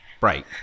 Right